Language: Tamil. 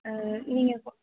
நீங்கள் ஃபா